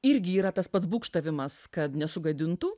irgi yra tas pats būgštavimas kad nesugadintų